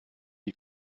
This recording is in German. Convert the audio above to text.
die